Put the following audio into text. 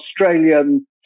Australian